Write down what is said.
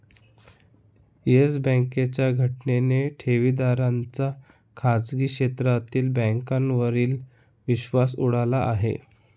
yes बँकेच्या घटनेने ठेवीदारांचा खाजगी क्षेत्रातील बँकांवरील विश्वास उडाला आहे